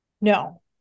No